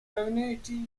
community